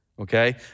Okay